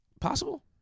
Possible